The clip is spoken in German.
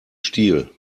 stiel